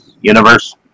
universe